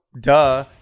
Duh